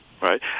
right